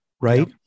right